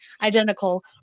Identical